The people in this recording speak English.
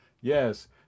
Yes